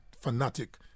fanatic